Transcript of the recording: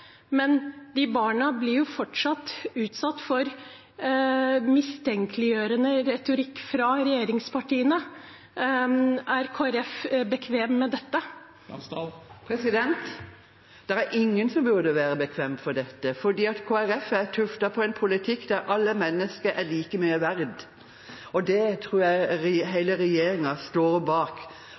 Men disse barna blir fortsatt utsatt for mistenkeliggjørende retorikk fra regjeringspartiene. Er Kristelig Folkeparti bekvem med dette? Det er ingen som burde være bekvemme med dette. Kristelig Folkeparti er tuftet på en politikk der alle mennesker er like mye verdt. Det tror jeg hele regjeringen står bak